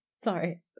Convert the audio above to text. sorry